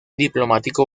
diplomático